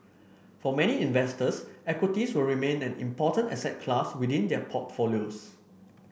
for many investors equities will remain an important asset class within their portfolios